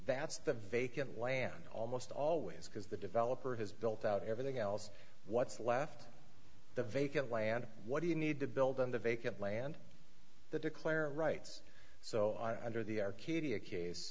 that's the vacant land almost always because the developer has built out everything else what's left the vacant land what do you need to build on the vacant land that declare rights so i under the or kiddie a case